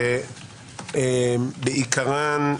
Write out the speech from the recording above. שבעיקרן,